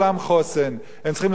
שאם אתה פקיד שלטוני,